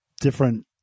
different